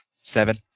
Seven